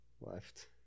left